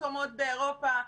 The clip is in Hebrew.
מקומות באירופה.